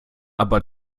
aber